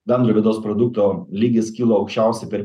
bendro vidaus produkto lygis kylo aukščiausiai per